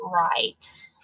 right